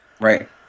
Right